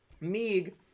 Meeg